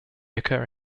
occur